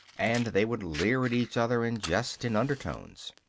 and they would leer at each other and jest in undertones.